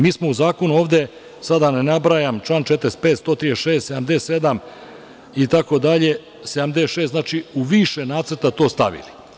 Mi smo u zakonu, da ne nabrajam, član 45, 136, 77, 76. itd. u više nacrta to stavili.